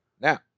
Now